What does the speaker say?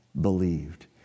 believed